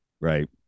right